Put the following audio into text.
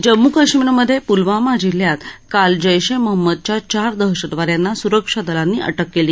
जम्मू कश्मीरमधे पुलवामा जिल्ह्यात काल जैशे महंमदच्या चार दहशतवाद्यांना सुरक्षा दलांनी अधिक केली